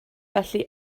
felly